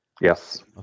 Yes